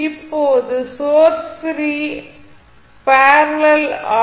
இப்போது source free parallel R